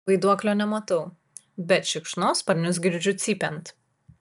vaiduoklio nematau bet šikšnosparnius girdžiu cypiant